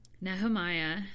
Nehemiah